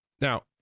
Now